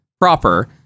proper